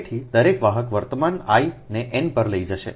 તેથી દરેક વાહક વર્તમાન I ને n પર લઈ જશે